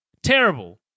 Terrible